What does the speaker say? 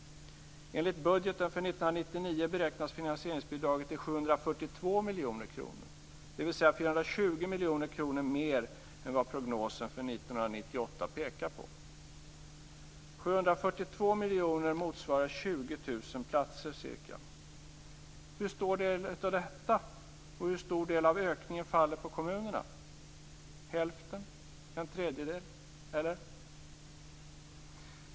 Enligt budgeten för 1999 beräknas finansieringsbidraget till 742 miljoner kronor, dvs. 420 miljoner kronor mer än vad prognosen för 1998 pekar på. Hur stor del av detta, och hur stor del av ökningen, faller på kommunerna? Hälften, en tredjedel, eller?